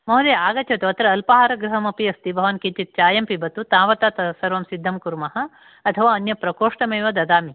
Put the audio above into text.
महोदय आगच्छतु अत्र अल्पाहारगृहमपि अस्ति भवान् किञ्चित् चायं पिबतु तावत् त सर्वं सिद्धं कुर्मः अथवा अन्यप्रकोष्ठमेव ददामि